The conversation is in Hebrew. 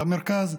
למרכז,